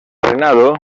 reinado